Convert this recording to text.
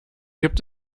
gibt